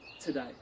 today